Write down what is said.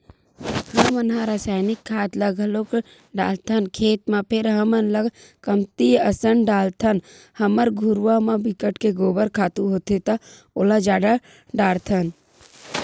हमन ह रायसायनिक खाद ल घलोक डालथन खेत म फेर हमन ह कमती असन डालथन हमर घुरूवा म बिकट के गोबर खातू होथे त ओला जादा डारथन